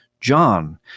John